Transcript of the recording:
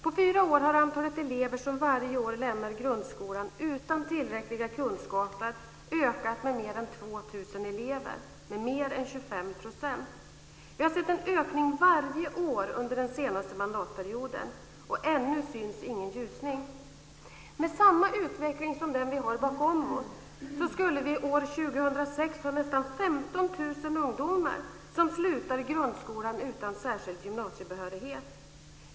På fyra år har antalet elever som varje år lämnar grundskolan utan tillräckliga kunskaper ökat med mer än 2 000 elever, med mer än 25 %. Vi har sett en ökning varje år under den senaste mandatperioden, och ännu syns ingen ljusning. Med samma utveckling som den vi har bakom oss skulle vi år 2006 ha nästan 15 000 ungdomar som går ut från grundskolan utan särskild gymnasiebehörighet.